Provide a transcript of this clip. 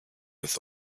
with